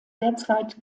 derzeit